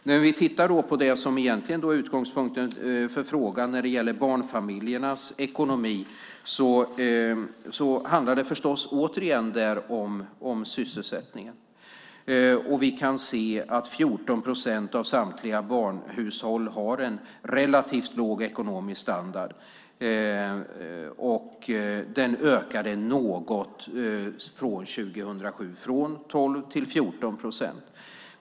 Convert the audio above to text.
När vi tittar på det som egentligen är utgångspunkten för interpellationen - barnfamiljernas ekonomi - handlar det förstås återigen om sysselsättningen. Vi kan se att 14 procent av alla hushåll med barn har en relativt låg ekonomisk standard. Den ökade något från 2007, från 12 till 14 procent.